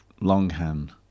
longhand